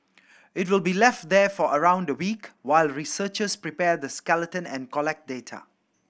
it will be left there for around a week while researchers prepare the skeleton and collect data